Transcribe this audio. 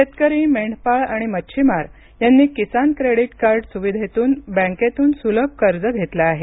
शेतकरी मेंढपाळ आणि मच्चिमार यांनी किसान क्रेडिट कार्ड सुविधेतून बँकेतून सुलभ कर्ज घेतलं आहे